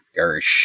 gersh